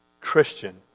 Christian